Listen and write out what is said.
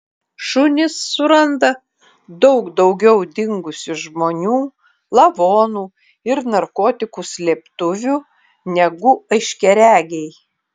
šunys suranda daug daugiau dingusių žmonių lavonų ir narkotikų slėptuvių negu aiškiaregiai